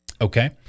Okay